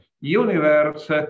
universe